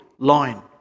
line